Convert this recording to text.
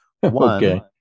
One